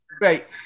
right